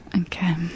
Okay